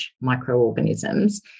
microorganisms